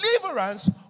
deliverance